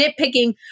nitpicking